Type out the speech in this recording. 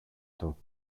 του